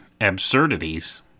absurdities